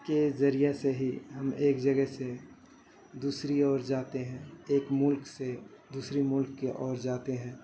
کے ذریعہ سے ہی ہم ایک جگہ سے دوسری اور جاتے ہیں ایک ملک سے دوسرے ملک کے اور جاتے ہیں